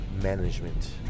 management